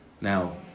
Now